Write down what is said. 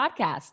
podcast